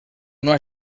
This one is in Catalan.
una